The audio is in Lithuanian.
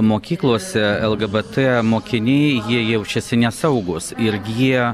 mokyklose lgbt mokiniai jie jaučiasi nesaugūs ir jie